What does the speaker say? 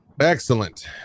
Excellent